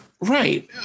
Right